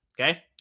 Okay